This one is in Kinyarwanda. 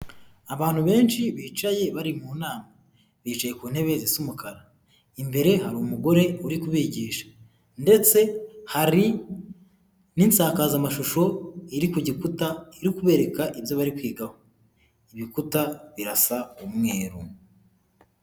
Abantu benshi bicaye bari mu nama, bicaye ku ntebe zisa umukara imbere hari umugore uri kubigisha, ndetse hari n'insakazamashusho iri ku gikuta yo kubereka ibyo bari kwigaho, ibikuta birasa umweru.